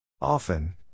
Often